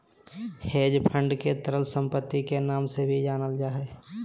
hedge fund के तरल सम्पत्ति के नाम से भी जानल जा हय